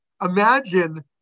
Imagine